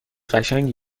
قشنگی